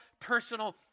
personal